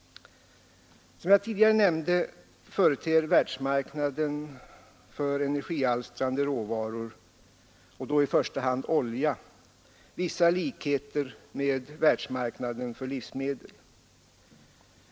Som jag tidigare nämnde, företer världsmarknaden för energialstrande råvaror, i första hand olja, vissa likheter med världsmarknaden för livsmedel.